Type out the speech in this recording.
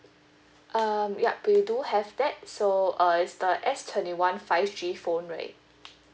um yup we do have that so uh it's the S twenty one five G phone right